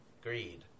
greed